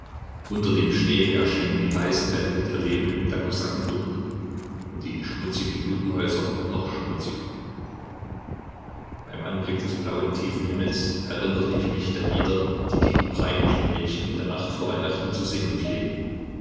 unter dem schnee erschienen die weißen wände der lehmhütten der kosaken dunkel und die schmutzigen judenhäuser noch schmutziger beim anblick des blauen tiefen himmels erinnerte ich mich der lieder die die ukrainischen mädchen in der nacht vor weihnachten zu singen pflegen